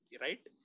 Right